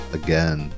again